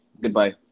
goodbye